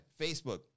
Facebook